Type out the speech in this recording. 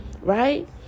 right